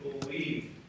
believe